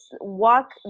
walk